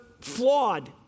flawed